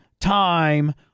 time